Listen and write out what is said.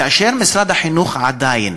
כאשר משרד החינוך עדיין,